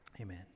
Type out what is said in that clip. Amen